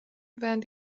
während